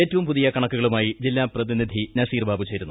ഏറ്റവും പുതിയ കണക്കുകളുമായി ജില്ലാ പ്രതിനിധി നസീർബാബു ചേരുന്നു